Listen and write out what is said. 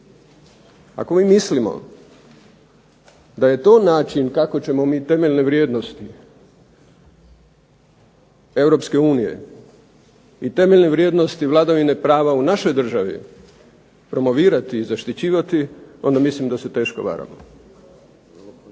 Ako mi mislimo da je to način kako ćemo mi temeljne vrijednosti Europske unije i temeljne vrijednosti vladavine prava u našoj državi promovirati i zaštićivati onda mislim da se teško varamo.